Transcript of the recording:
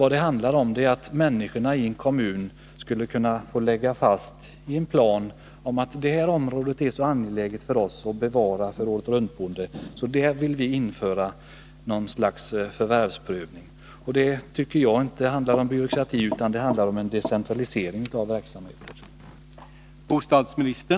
Det handlar om att människorna i en kommun skulle kunna få fastlägga i en plan att det är så angeläget att ett visst område bevaras för åretruntboende att det är önskvärt att man inför något slags förvärvsprövning. Det tycker jag inte handlar om byråkrati, utan det handlar om en decentralisering av verksamheten.